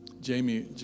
Jamie